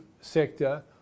sector